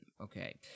Okay